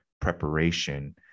preparation